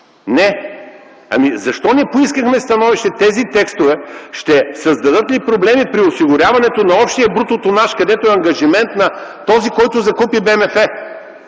Не?! Защо не поискахме становище тези текстове ще създадат ли проблеми при осигуряването на общия бруто тонаж, където е ангажимент на този, който закупи БМФ?